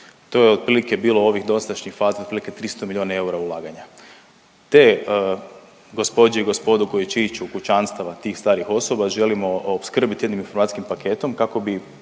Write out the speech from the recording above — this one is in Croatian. bilo ovih dosadašnjih faza otprilike 300 milijuna eura ulaganja. Te gospođe i gospoda u koju će ići u kućanstava tih starijih osoba želimo opskrbiti jednim informacijskim paketom kako bi